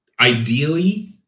ideally